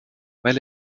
weil